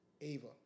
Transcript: Ava